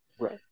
Right